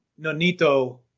Nonito